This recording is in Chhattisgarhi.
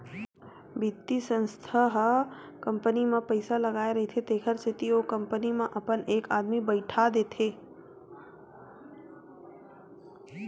बित्तीय संस्था ह कंपनी म पइसा लगाय रहिथे तेखर सेती ओ कंपनी म अपन एक आदमी बइठा देथे